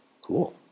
Cool